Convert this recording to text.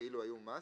כאילו היו מס,